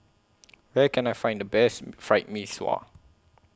Where Can I Find The Best Fried Mee Sua